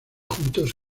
juntos